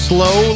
Slow